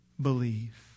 believe